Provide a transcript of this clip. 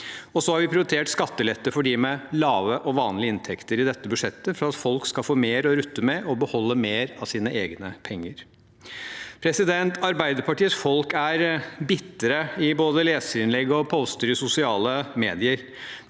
prioritert skattelette for dem med lave og vanlige inntekter, for at folk skal få mer å rutte med og beholde mer av egne penger. Arbeiderpartiets folk er bitre i både leserinnlegg og poster i sosiale medier.